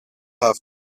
have